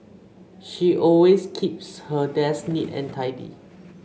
she always keeps her desk neat and tidy